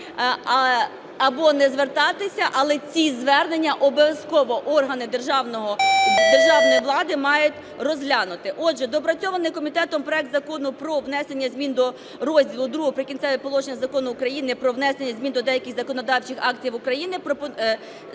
або не звертатися, але ці звернення обов'язково органи державної влади мають розглянути. Отже, доопрацьований комітетом проект Закону про внесення змін до розділу ІІ "Прикінцеві положення" Закону України про внесення змін до деяких законодавчих актів України спрямований